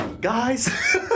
guys